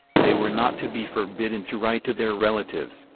they were not to be forbidden to write to their relatives,